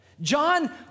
John